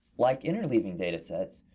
like interleaving data sets,